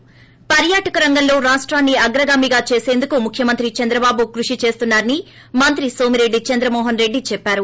ి పర్యాటక రంగంలో రాష్టాన్సి అగ్రగామిగా చేసేందుకు ముఖ్యమంత్రి చంద్రబాటు కృషి చేస్తున్నా రని మంత్రి నోమ్మెరెడ్డి చంద్రమోహన్రెడ్డి చెప్పారు